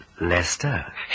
Lester